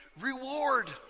reward